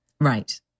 Right